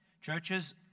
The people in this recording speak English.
Churches